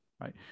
right